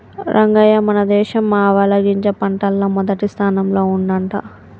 రంగయ్య మన దేశం ఆవాలగింజ పంటల్ల మొదటి స్థానంల ఉండంట